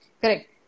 Correct